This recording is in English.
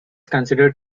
considered